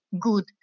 good